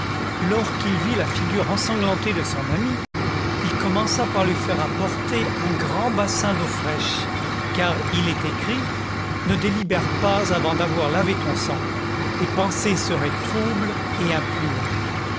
lors qu'il vit la figure ensanglantée de son ami commença par lui faire apporter un grand bas sin d'eau fraîche car il est écrit ne délibère pas avant d'avoir lavé ton sang tes pensées seraient troubles et